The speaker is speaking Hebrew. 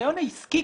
הניסיון העסקי,